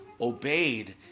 obeyed